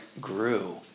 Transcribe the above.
grew